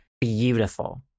beautiful